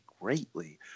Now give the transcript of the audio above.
greatly